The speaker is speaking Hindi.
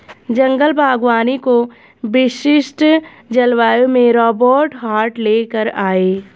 जंगल बागवानी को ब्रिटिश जलवायु में रोबर्ट हार्ट ले कर आये